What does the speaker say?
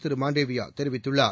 திரு மாண்டேவியாதெரிவித்துள்ளார்